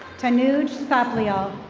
tanuj taplial.